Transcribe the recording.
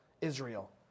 Israel